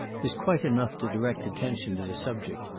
is quite enough to direct attention to the subject.